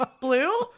Blue